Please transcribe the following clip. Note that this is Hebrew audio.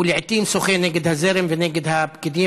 הוא לעיתים שוחה נגד הזרם ונגד הפקידים